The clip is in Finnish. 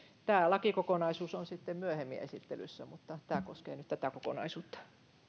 tämä lakikokonaisuus on sitten myöhemmin esittelyssä mutta tämä koskee nyt tätä kokonaisuutta